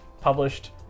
published